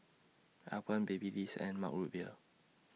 Alpen Babyliss and Mug Root Beer